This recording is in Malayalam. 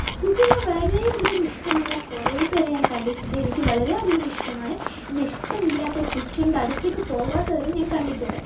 കുക്കിംഗ് വളരേ അധികം ഇഷ്ടമുള്ള കുറെപേരെ ഞാൻ കണ്ടിട്ടുണ്ട് എനിക്ക് വളരെയധികം ഇഷ്ടമാണ് എന്നാൽ ഇഷ്ടമല്ലാത്ത കിച്ചണിൻ്റെ അടുത്തേക്ക് പോവാത്തവരെയും ഞാൻ കണ്ടിട്ടുണ്ട്